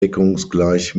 deckungsgleich